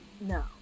no